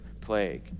plague